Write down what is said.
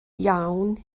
iawn